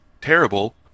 terrible